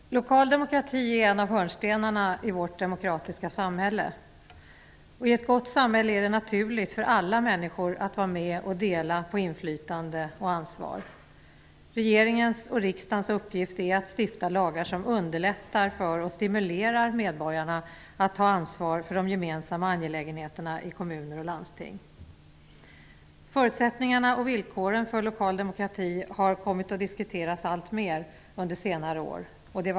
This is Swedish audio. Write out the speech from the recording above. Herr talman! Lokal demokrati är en av hörnstenarna i vårt demokratiska samhälle. I ett gott samhälle är det naturligt för alla människor att vara med och dela på inflytande och ansvar. Regeringens och riksdagens uppgift är att stifta lagar som underlättar för och stimulerar medborgarna att ta ansvar för de gemensamma angelägenheterna i kommuner och landsting. Förutsättningarna och villkoren för lokal demokrati har kommit att diskuteras alltmer under senare år.